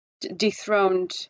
dethroned